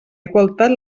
igualtat